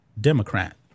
Democrat